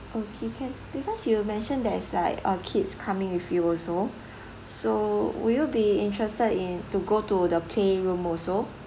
okay can because you mentioned there is like uh kids coming with you also so would you be interested in to go to the playroom also